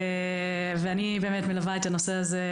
אני באמת מלווה את הנושא הזה,